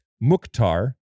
Mukhtar